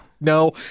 no